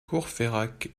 courfeyrac